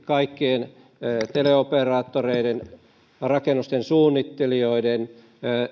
kaikkien teleoperaattoreiden rakennusten suunnittelijoiden